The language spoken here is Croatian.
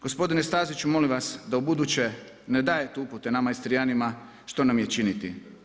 Gospodine Staziću, molim vas da ubuduće ne dajete upute nama Istrijanima što nam je činiti.